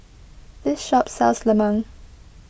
this shop sells Lemang